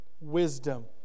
wisdom